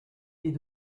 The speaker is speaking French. est